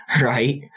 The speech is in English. right